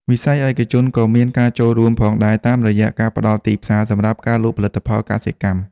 វិស័យឯកជនក៏មានការចូលរួមផងដែរតាមរយៈការផ្តល់ទីផ្សារសម្រាប់ការលក់ផលិតផលកសិកម្ម។